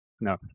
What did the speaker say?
No